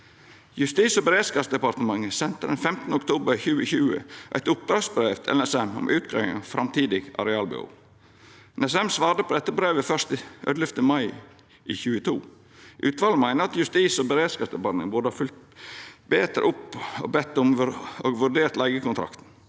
Justis- og beredskapsdepartementet sende den 15. oktober 2020 eit oppdragsbrev til NSM om utgreiing av framtidig arealbehov. NSM svara på dette brevet først 11. mai i 2022. Utvalet meiner at Justis- og beredskapsdepartementet burde ha følgt betre opp og vurdert leigekontrakten.